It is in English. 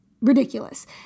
Ridiculous